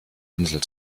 insel